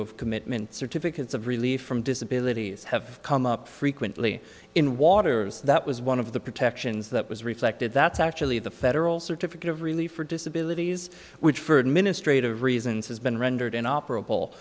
of commitment certificates of relief from disability have come up frequently in waters that was one of the protections that was reflected that's actually the federal certificate of relief or disability which for administrative reasons has been rendered inoperable